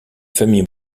famille